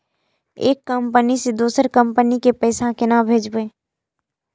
एक कंपनी से दोसर कंपनी के पैसा केना भेजये?